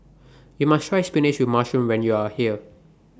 YOU must Try Spinach with Mushroom when YOU Are here